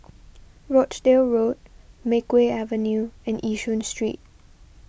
Rochdale Road Makeway Avenue and Yishun Street